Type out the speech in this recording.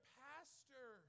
pastor